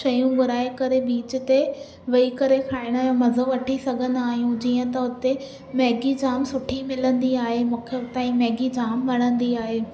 शयूं घुराए करे बीच ते वेई करे खायण जो मज़ो वठी सघंदा आहियूं जीअं त हुते मैगी जाम सुठी मिलंदी आहे मूंखे हुता जी मैगी जाम वणंदी आहे